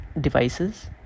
devices